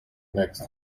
next